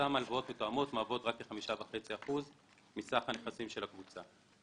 אותן הלוואות מותאמות מהוות רק כ-5.5% מסך הנכסים של הקבוצה.